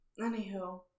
Anywho